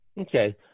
Okay